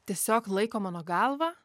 tiesiog laiko mano galvą